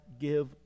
give